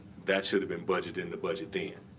that should have been budgeted in the budget then.